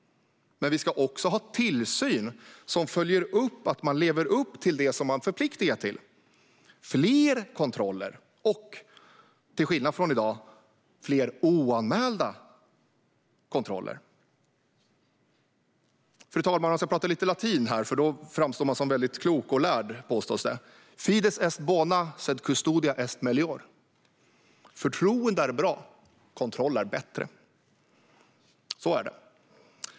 Men vi ska också ha tillsyn som följer upp att man lever upp till det man är förpliktad till. Det ska vara fler kontroller och, till skillnad från i dag, fler oanmälda kontroller. Fru talman! Jag ska tala lite latin här. Då framstår man som väldigt klok och lärd, påstås det. Fides est bona, sed custodia est melior. Förtroende är bra, kontroll är bättre. Så är det.